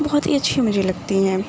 بہت ہی اچھی مجھے لگتی ہیں